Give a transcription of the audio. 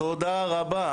תודה רבה,